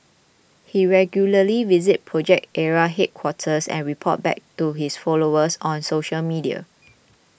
he regularly visits Project Ara headquarters and reports back to his followers on social media